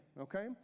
okay